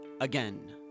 again